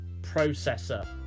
processor